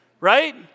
right